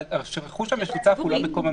הרכוש המשותף הוא לא מקום המגורים,